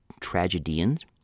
tragedians